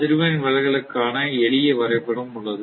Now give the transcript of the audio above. அதிர்வெண் விலக்கலுக்கான எளிய வரைபடம் உள்ளது